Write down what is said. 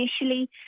initially